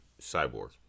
Cyborg